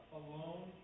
alone